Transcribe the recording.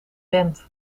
band